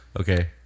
okay